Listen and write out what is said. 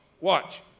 watch